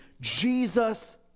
Jesus